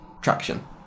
traction